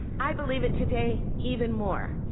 i believe it today even more.